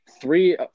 three